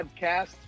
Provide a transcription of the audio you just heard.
podcast